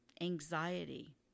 anxiety